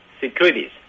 securities